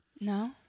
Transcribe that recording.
No